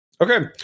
Okay